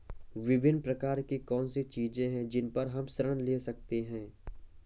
विभिन्न प्रकार की कौन सी चीजें हैं जिन पर हम ऋण ले सकते हैं?